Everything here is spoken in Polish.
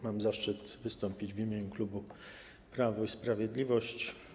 Mam zaszczyt wystąpić w imieniu klubu Prawo i Sprawiedliwość.